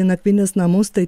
į nakvynės namus tai